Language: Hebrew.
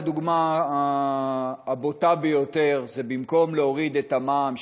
הדוגמה הבוטה ביותר זה שבמקום להוריד את המע"מ,